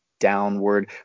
downward